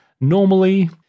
normally